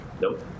Nope